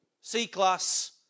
C-class